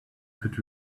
could